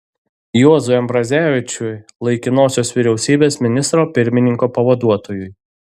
juozui ambrazevičiui laikinosios vyriausybės ministro pirmininko pavaduotojui